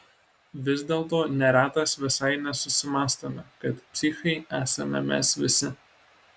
vis dėlto neretas visai nesusimąstome kad psichai esame mes visi